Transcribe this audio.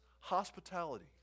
hospitality